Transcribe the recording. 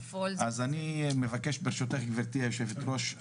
אז אני מבקש ברשותך גברתי היושבת ראש,